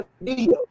video